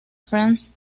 franz